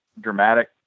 dramatic